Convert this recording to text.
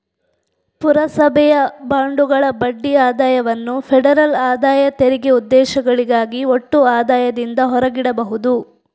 ಪುರಸಭೆಯ ಬಾಂಡುಗಳ ಬಡ್ಡಿ ಆದಾಯವನ್ನು ಫೆಡರಲ್ ಆದಾಯ ತೆರಿಗೆ ಉದ್ದೇಶಗಳಿಗಾಗಿ ಒಟ್ಟು ಆದಾಯದಿಂದ ಹೊರಗಿಡಬಹುದು